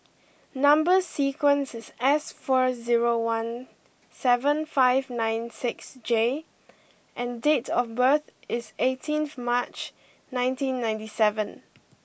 number sequence is S four zero one seven five nine six J and date of birth is eighteenth March nineteen ninety seven